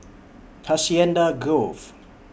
Hacienda Grove